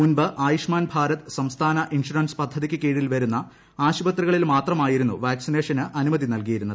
മുൻപ് ആയു ഷ്മാൻ ഭാരത് സംസ്ഥാന ഇൻഷുറൻസ് പദ്ധതിക്ക് കീഴിൽ വരുന്ന ആശുപത്രികളിൽ മാത്രമായിരുന്നു വാക്സിനേഷന് അനുമതി നൽകിയിരുന്നത്